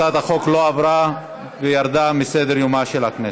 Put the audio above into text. הצעת החוק לא עברה וירדה מסדר-יומה של הכנסת.